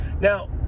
Now